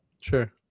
Sure